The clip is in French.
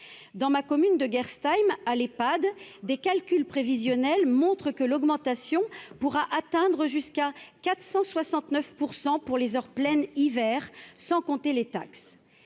de ma commune de Gerstheim, des calculs prévisionnels montrent que l'augmentation pourra atteindre jusqu'à 469 % pour les heures pleines hiver, sans compter les taxes.